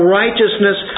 righteousness